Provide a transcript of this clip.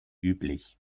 üblich